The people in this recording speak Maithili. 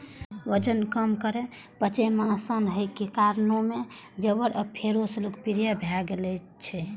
वजन कम करै, पचय मे आसान होइ के कारणें ज्वार आब फेरो लोकप्रिय भए गेल छै